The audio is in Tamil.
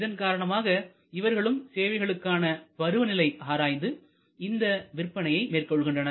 இதன் காரணமாக இவர்களும் சேவைகளுக்கான பருவநிலையை ஆராய்ந்து இந்த விற்பனை மேற்கொள்கின்றனர்